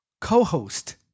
co-host